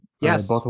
yes